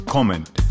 Comment